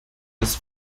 was